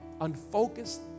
unfocused